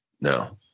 No